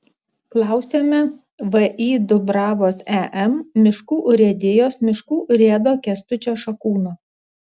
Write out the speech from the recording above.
klausiame vį dubravos em miškų urėdijos miškų urėdo kęstučio šakūno